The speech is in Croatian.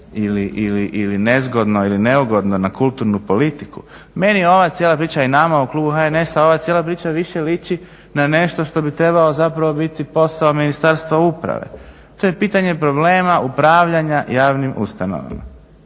ili nezgodno ili neugodno na kulturnu politiku. Meni je ova cijela priča i nama u klubu HNS-a ova cijela priča više liči na nešto što bi trebalo zapravo biti posao Ministarstva uprave. To je pitanje problema upravljanja javnim ustanovama.